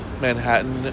Manhattan